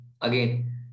again